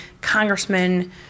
Congressman